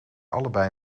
allebei